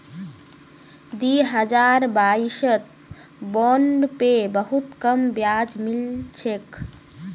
दी हजार बाईसत बॉन्ड पे बहुत कम ब्याज मिल छेक